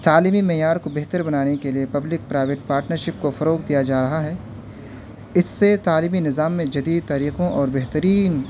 تعلیمی معیار کو بہتر بنانے کے لیے پبلک پرائیویٹ پاٹنرشپ کو فروغ دیا جا رہا ہے اس سے تعلیمی نظام میں جدید طریقوں اور بہترین